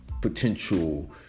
potential